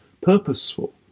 purposeful